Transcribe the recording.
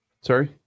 Sorry